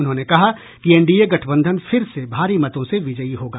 उन्होंने कहा कि एनडीए गठबंधन फिर से भारी मतों से विजयी होगा